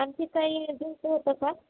आणखी काही घ्यायचं होतं का